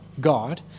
God